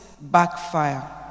backfire